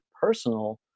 personal